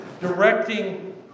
directing